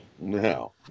No